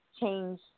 change